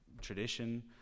tradition